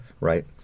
right